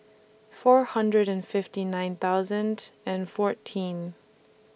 four hundred and fifty nine thousand and fourteen